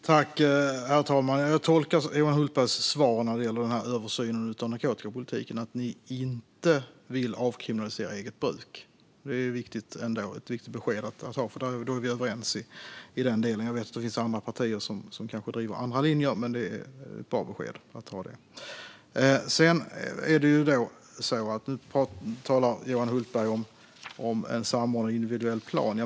Herr talman! Jag tolkar Johan Hultbergs svar när det gäller översynen av narkotikapolitiken som att ni inte vill avkriminalisera eget bruk. Det är ett viktigt besked; då är vi överens i den delen. Jag vet att det finns andra partier som driver en annan linje, men detta var ett bra besked. Johan Hultberg talar om samordnad individuell plan.